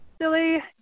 silly